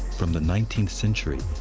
from the nineteenth century,